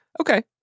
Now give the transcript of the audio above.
Okay